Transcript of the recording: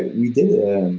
we did